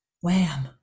Wham